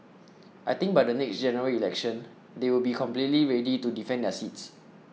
I think by the next General Election they will be completely ready to defend their seats